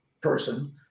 person